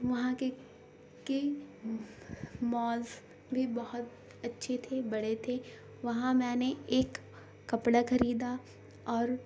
وہاں کے کے مز بھی بہت اچھے تھے بڑے تھے وہاں میں نے ایک کپڑا خریدا اور